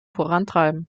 vorantreiben